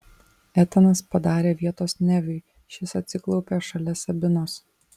etanas padarė vietos neviui šis atsiklaupė šalia sabinos